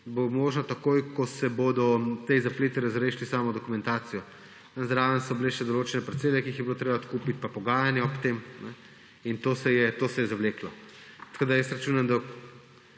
bo možno, takoj, ko se bodo ti zapleti razrešili s samo dokumentacijo. Tam zraven so bile še določene parcele, ki jih je bilo treba odkupiti, in pogajanja ob tem in to se je zavleklo. Tako da jaz računam, da